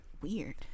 Weird